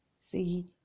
see